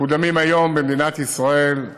מקודמים היום במדינת ישראל,